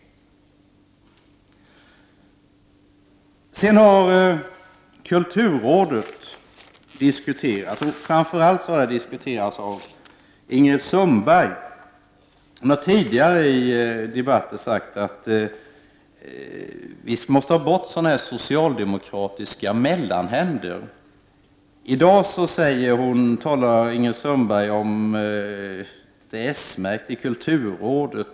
Kulturrådet har diskuterats. Ingrid Sundberg har sagt tidigare i debatten att vi måste ha bort alla socialdemokratiska mellanhänder. I dag talar hon om bl.a. det s-märkta kulturrådet.